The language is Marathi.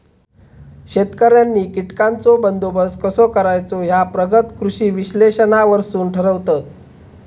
शेतकऱ्यांनी कीटकांचो बंदोबस्त कसो करायचो ह्या प्रगत कृषी विश्लेषणावरसून ठरवतत